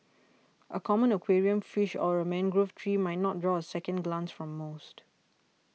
a common aquarium fish or a mangrove tree might not draw a second glance from most